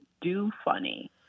do-funny